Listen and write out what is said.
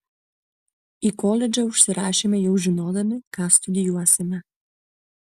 į koledžą užsirašėme jau žinodami ką studijuosime